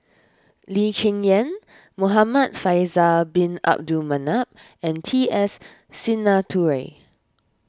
Lee Cheng Yan Muhamad Faisal Bin Abdul Manap and T S Sinnathuray